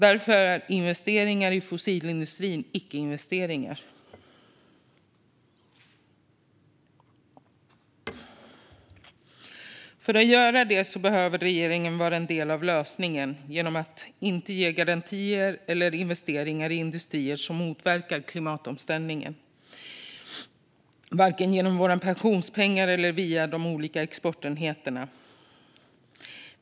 Därför är investeringar i fossilindustrin icke-investeringar. När det gäller detta behöver regeringen vara en del av lösningen genom att inte ge garantier eller göra investeringar i industrier som motverkar klimatomställningen, varken genom våra pensionspengar eller via de olika exportenheterna.